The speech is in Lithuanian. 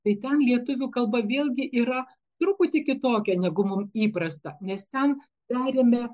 tai ten lietuvių kalba vėlgi yra truputį kitokia negu mum įprasta nes ten perėmė